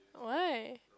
why